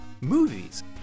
Movies